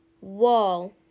wall